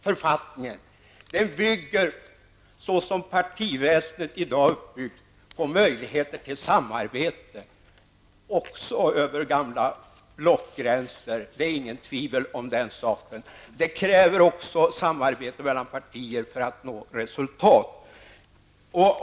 Författningen bygger, såsom partiväsendet i dag är uppbyggt, på möjligheter till samarbete, också över gamla blockgränser, det är inget tvivel om den saken. Det krävs samarbete mellan partier för att nå resultat.